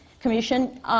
Commission